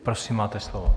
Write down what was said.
Prosím, máte slovo.